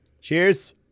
Cheers